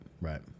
right